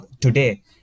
today